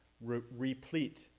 replete